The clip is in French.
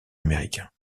américains